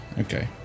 okay